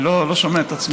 אני לא שומע את עצמי.